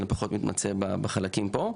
אני פחות מתמצא בחלקים פה.